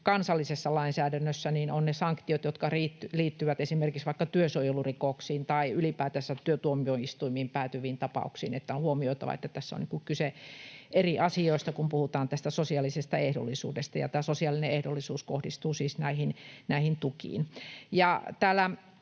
meillä on tietenkin ne sanktiot, jotka liittyvät esimerkiksi vaikka työsuojelurikoksiin tai ylipäätänsä työtuomioistuimiin päätyviin tapauksiin. On huomioitava, että tässä on kyse eri asioista, kun puhutaan sosiaalisesta ehdollisuudesta. Tämä sosiaalinen ehdollisuus kohdistuu siis näihin tukiin.